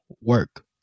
work